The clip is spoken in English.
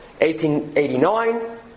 1889